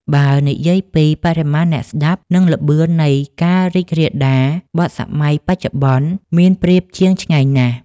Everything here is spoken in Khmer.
បើនិយាយពី បរិមាណអ្នកស្ដាប់ និង ល្បឿននៃការរីករាលដាល បទសម័យបច្ចុប្បន្នមានប្រៀបជាងឆ្ងាយណាស់